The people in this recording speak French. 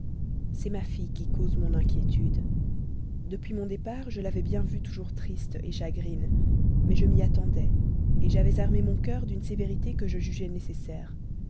c'est ma fille qui cause mon inquiétude depuis mon départ je l'avais bien vue toujours triste chagrine mais je m'y attendais j'avais armé mon cœur d'une sévérité que je jugeais nécessaire